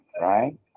Right